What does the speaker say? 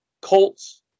Colts